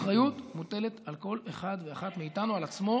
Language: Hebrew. האחריות מוטלת על כל אחד ואחת מאיתנו, על עצמו